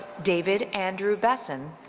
david andrew besson.